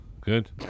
Good